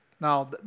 Now